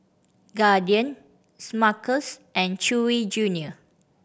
Guardian Smuckers and Chewy Junior